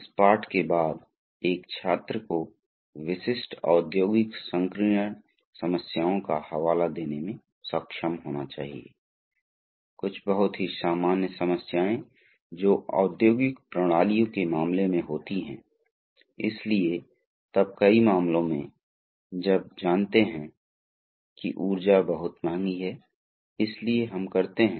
तो अनुदेशात्मक उद्देश्य मूल रूप से हाइड्रोलिक सिस्टम के संचालन के सिद्धांतों का वर्णन करने और इसके लाभों को समझायेंगे क्या शामिल है और क्यों कुछ अनुप्रयोगों में उपयोग किए जाने वाले लगभग अपूरणीय है कुछ निश्चित फायदे हैं